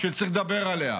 שצריך לדבר עליהם,